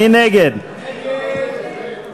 מי נגד ההסתייגות, ירים את ידו.